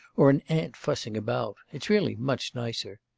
or an ant fussing about. it's really much nicer.